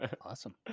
Awesome